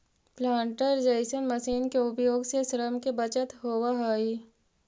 planter जईसन मशीन के उपयोग से श्रम के बचत होवऽ हई